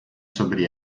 sobre